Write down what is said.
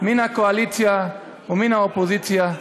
מן הקואליציה ומן האופוזיציה,